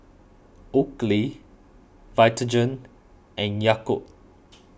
Oakley Vitagen and Yakult